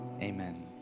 amen